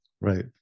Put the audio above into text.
right